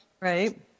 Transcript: Right